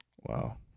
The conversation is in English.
Wow